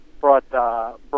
brought